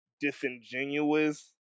disingenuous